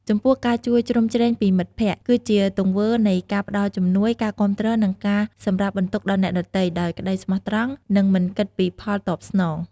ចំពោះ ការជួយជ្រោមជ្រែងពីមិត្តភក្ដិ គឺជាទង្វើនៃការផ្តល់ជំនួយ ការគាំទ្រ ឬការសម្រាលបន្ទុកដល់អ្នកដទៃ ដោយក្តីស្មោះត្រង់ និងមិនគិតពីផលតបស្នង។